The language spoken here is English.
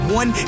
one